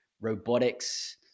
robotics